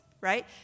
right